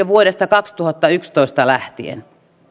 vuodesta kaksituhattayksitoista lähtien